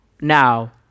now